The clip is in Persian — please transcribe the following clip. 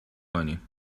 کنیم